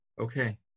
Okay